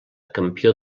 campió